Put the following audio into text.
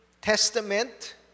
Testament